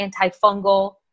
antifungal